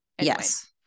yes